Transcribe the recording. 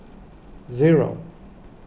zero